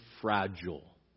fragile